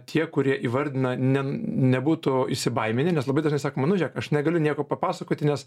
tie kurie įvardina ne nebūtų įsibaiminę nes labai dažnai sakoma nu žiūrek aš negaliu nieko papasakoti nes